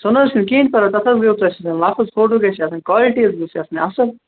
سُہ نَہ حظ چھُنہٕ کِہیٖنۍ پَرواے تَتھ حظ گٔیو تۄہہِ سۭتۍ لفظ فوٹو گَژھہِ آسٕنۍ قالٹی حظ گٔژھہِ آسٕنۍ اصٕل